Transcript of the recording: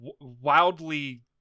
wildly